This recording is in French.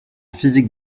physique